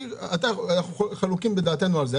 אנחנו חלוקים בדעתנו על זה.